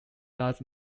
does